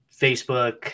Facebook